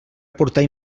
aportar